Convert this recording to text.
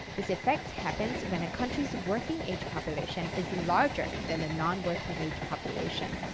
this effect happens when a country's working age population is larger the non-working age population.